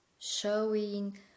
showing